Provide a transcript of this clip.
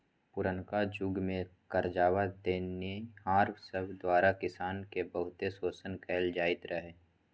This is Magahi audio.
पुरनका जुग में करजा देनिहार सब द्वारा किसान के बहुते शोषण कएल जाइत रहै